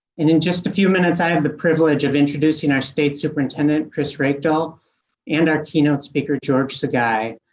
and in just a few minutes i have the privilege of introducing our state superintendent chris reykdal and our keynote speaker, george saugai.